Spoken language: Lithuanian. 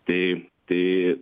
tai tai